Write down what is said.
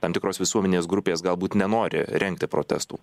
tam tikros visuomenės grupės galbūt nenori rengti protestų